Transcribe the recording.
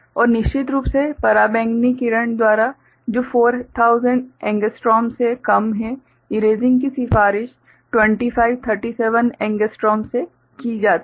और निश्चित रूप से पराबैंगनी किरण द्वारा जो 4000 एंग्स्ट्रॉम से कम है इरेसिंग की सिफारिश 2537 एंग्स्ट्रॉम से की जाती है